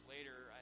later